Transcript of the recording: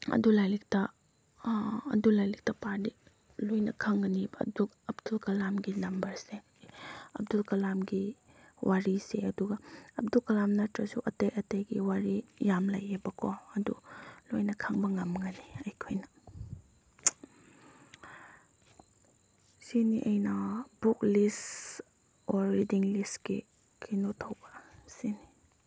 ꯑꯗꯨ ꯂꯥꯏꯔꯤꯛꯇ ꯑꯗꯨ ꯂꯥꯏꯔꯤꯛꯇ ꯄꯥꯔꯗꯤ ꯂꯣꯏꯅ ꯈꯪꯒꯅꯦꯕ ꯑꯗꯨ ꯑꯕꯗꯨꯜ ꯀꯂꯥꯝꯒꯤ ꯅꯝꯕꯔꯁꯦ ꯑꯕꯗꯨꯜ ꯀꯂꯥꯃꯝꯒꯤ ꯋꯥꯔꯤꯁꯦ ꯑꯗꯨꯒ ꯑꯕꯗꯨꯜ ꯀꯂꯥꯝ ꯅꯠꯇ꯭ꯔꯁꯨ ꯑꯇꯩ ꯑꯇꯩꯒꯤ ꯋꯥꯔꯤ ꯌꯥꯝ ꯂꯩꯌꯦꯕꯀꯣ ꯑꯗꯨ ꯂꯣꯏꯅ ꯈꯪꯕ ꯉꯝꯒꯅꯤ ꯑꯩꯈꯣꯏꯅ ꯁꯤꯅꯤ ꯑꯩꯅ ꯕꯨꯛ ꯂꯤꯁ ꯑꯣꯔ ꯔꯤꯗꯤꯡ ꯂꯤꯁꯀꯤ ꯀꯩꯅꯣ ꯇꯧꯕ ꯁꯤꯅꯤ